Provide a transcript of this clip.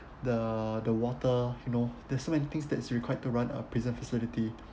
the the water you know there's so many things that's required to run a prison facility